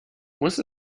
muss